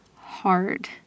hard